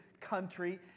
country